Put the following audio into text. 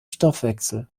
stoffwechsel